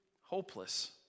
hopeless